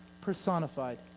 personified